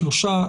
שלושה שבועות.